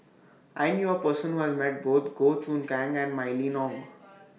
I knew A Person Who has Met Both Goh Choon Kang and Mylene Ong